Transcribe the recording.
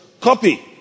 Copy